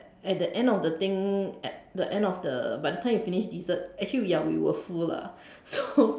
at the end of the thing at the end of the by the time you finish dessert actually ya we were full lah so